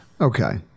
Okay